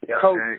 coach